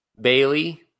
Bailey